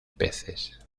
peces